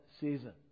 season